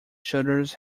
shutters